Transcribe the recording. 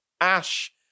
Ash